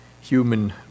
human